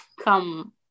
come